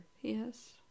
Yes